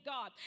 God